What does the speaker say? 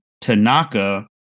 Tanaka